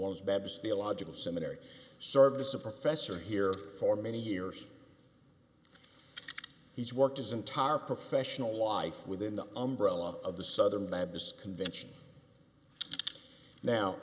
babs theological seminary service a professor here for many years he's worked as entire professional life within the umbrella of the southern baptist convention now